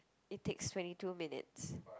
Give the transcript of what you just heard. it takes twenty two minutes